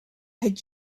had